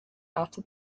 after